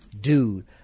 dude